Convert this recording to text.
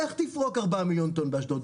איך תפרוק ארבעה מיליון טון באשדוד?